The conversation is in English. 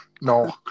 no